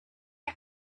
had